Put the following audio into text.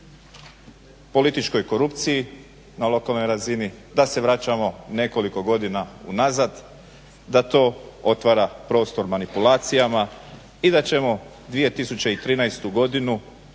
političkoj korupciji na lokalnoj razini, da se vraćamo nekoliko godina unazad, da to otvara prostor manipulacijama i da ćemo 2013. i